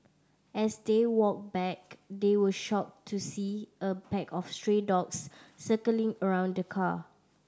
as they walked back they were shocked to see a pack of stray dogs circling around the car